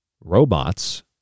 Robots